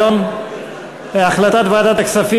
כי הודעת ועדת העבודה,